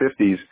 1950s